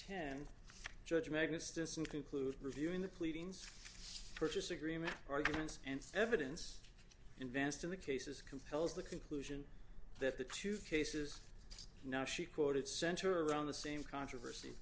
ten judge magnus this and conclude reviewing the pleadings purchase agreement arguments and evidence invest in the cases compels the conclusion that the two cases now she quoted center around the same controversy